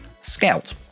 scout